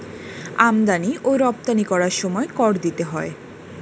আমদানি ও রপ্তানি করার সময় কর দিতে হয়